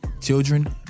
children